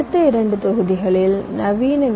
அடுத்த இரண்டு தொகுதிகளில் நவீன வி